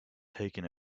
taken